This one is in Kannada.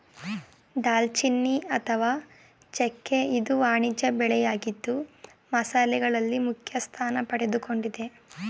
ದಾಲ್ಚಿನ್ನಿ ಅಥವಾ ಚೆಕ್ಕೆ ಇದು ವಾಣಿಜ್ಯ ಬೆಳೆಯಾಗಿದ್ದು ಮಸಾಲೆಗಳಲ್ಲಿ ಮುಖ್ಯಸ್ಥಾನ ಪಡೆದುಕೊಂಡಿದೆ